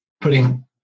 putting